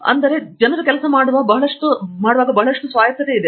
ಆದ್ದರಿಂದ ಜನರು ಕೆಲಸ ಮಾಡುವ ಬಹಳಷ್ಟು ಸ್ವಾಯತ್ತತೆ ಇದೆ